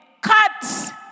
cut